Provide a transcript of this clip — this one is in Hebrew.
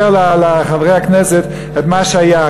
אז אני אספר לחברי הכנסת את מה שהיה.